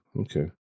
okay